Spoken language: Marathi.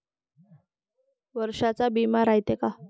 वर्षाचा बिमा रायते का?